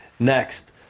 Next